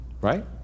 Right